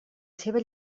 seva